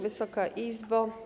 Wysoka Izbo!